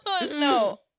No